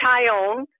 Tyone